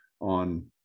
on